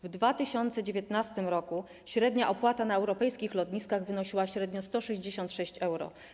W 2019 r. średnia opłata na europejskich lotniskach wynosiła średnio 166 euro.